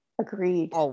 Agreed